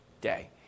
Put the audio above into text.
day